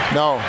no